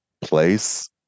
place